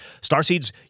Starseeds